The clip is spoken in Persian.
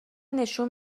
نشون